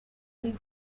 ariho